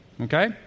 Okay